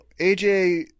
AJ